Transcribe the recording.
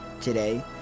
today